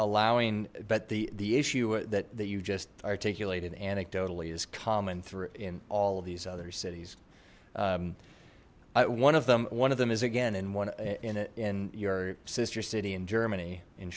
allowing but the the issue that that you just articulated anecdotally is common through in all of these other cities one of them one of them is again and one in your sister city in germany